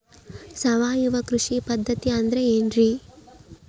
ಸಾವಯವ ಕೃಷಿ ಪದ್ಧತಿ ಅಂದ್ರೆ ಏನ್ರಿ?